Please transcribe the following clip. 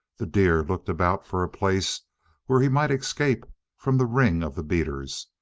the deer looked about for a place where he might escape from the ring of the beaters,